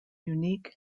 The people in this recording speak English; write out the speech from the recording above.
unique